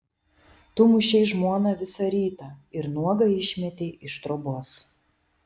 tu mušei žmoną visą rytą ir nuogą išmetei iš trobos